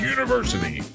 University